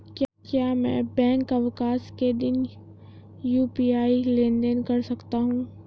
क्या मैं बैंक अवकाश के दिन यू.पी.आई लेनदेन कर सकता हूँ?